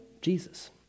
Jesus